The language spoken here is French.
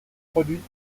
produites